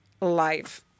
life